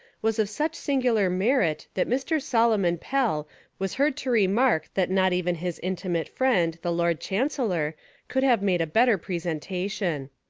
was of such singular merit that mr. solomon pell was heard to remark that not even his intimate friend the lord chancellor could have made a better presentation.